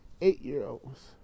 eight-year-olds